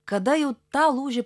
kada jau tą lūžį